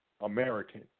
American